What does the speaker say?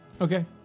Okay